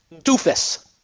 doofus